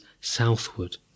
southward